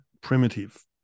primitive